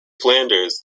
flanders